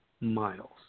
miles